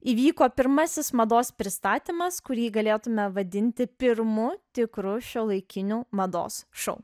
įvyko pirmasis mados pristatymas kurį galėtume vadinti pirmu tikru šiuolaikiniu mados šou